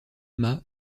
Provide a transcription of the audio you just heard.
mâts